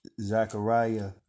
Zechariah